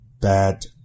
bad